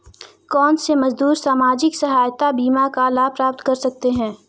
कौनसे मजदूर सामाजिक सहायता बीमा का लाभ प्राप्त कर सकते हैं?